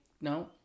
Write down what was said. no